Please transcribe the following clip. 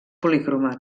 policromat